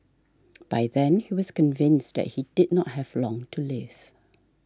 by then he was convinced that he did not have long to live